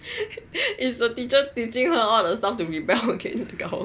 is the teacher teaching her all the stuffs to rebel against the government